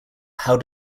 how